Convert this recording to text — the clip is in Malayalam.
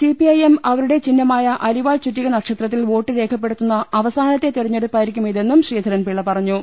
സിപിഐഎം അവരുടെ ചിഹ്ന മായ അരിവാൾ ചുറ്റിക നക്ഷത്രത്തിൽ വോട്ടു രേഖപ്പെടുത്തുന്ന അവ സാനത്തെ തെരഞ്ഞെടുപ്പായിരിക്കും ഇതെന്നും ശ്രീധരൻപിള്ള പറ ഞ്ഞു